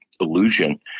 illusion